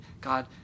God